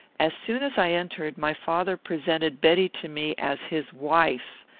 as soon as i entered, my father presented betty to me as his wife,